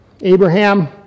Abraham